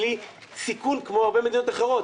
בלי סיכון כמו הרבה מדינות אחרות.